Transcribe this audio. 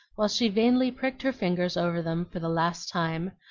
while she vainly pricked her fingers over them for the last time,